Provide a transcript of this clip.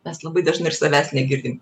mes labai dažnai ir savęs negirdim